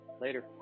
later